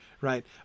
right